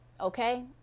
Okay